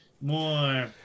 more